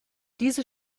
diese